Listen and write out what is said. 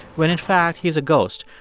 when, in fact, he's a ghost.